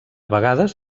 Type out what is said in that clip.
vegades